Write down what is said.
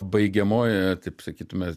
baigiamojoje taip sakytume